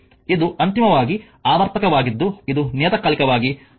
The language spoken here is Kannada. ಇದು ಅಂತಿಮವಾಗಿ ಆವರ್ತಕವಾಗಿದ್ದು ಇದು ನಿಯತಕಾಲಿಕವಾಗಿ ರಿಂದ ಗೆ ಬದಲಾಗುತ್ತಿದೆ